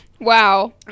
Wow